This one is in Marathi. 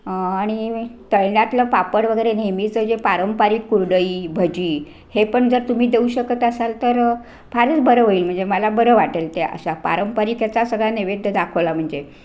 आणि तळण्यातलं पापड वगैरे नेहमीचं जे पारंपरिक कुरडई भजी हे पण जर तुम्ही देऊ शकत असाल तर फारच बरं होईल म्हणजे मला बरं वाटेल ते अशा पारंपरिक याचा सगळ्या नैवेद्य दाखवला म्हणजे